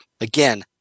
Again